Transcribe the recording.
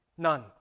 None